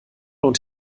und